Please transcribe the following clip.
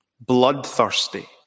Bloodthirsty